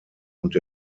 und